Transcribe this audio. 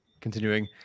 continuing